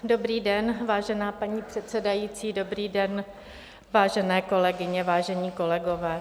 Dobrý den, vážená paní předsedající, dobrý den, vážené kolegyně, vážení kolegové.